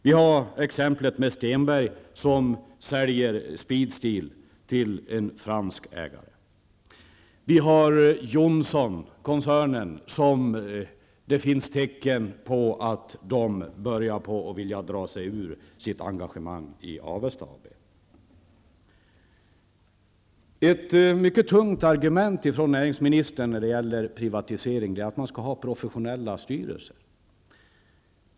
Vi har exemplet med Vi har Johnson-koncernen där det finns tecken på att de vill dra sig ur sitt engagemang i Avesta. Ett mycket tungt argument från näringsministern när det gäller privatisering är att man skall ha professionella styrelser.